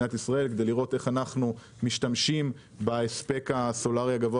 מדינת ישראל כדי לראות איך אנחנו משתמשים בהספק הסולארי הגבוה